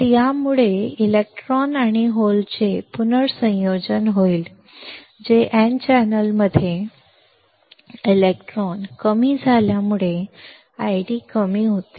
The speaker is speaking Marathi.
तर यामुळे इलेक्ट्रॉन आणि होलचे पुनर्संयोजन होईल जे N चॅनेलमध्ये इलेक्ट्रॉन कमी झाल्यामुळे ID कमी होते